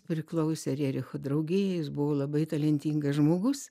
priklausė rericho draugijai jis buvo labai talentingas žmogus